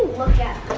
look at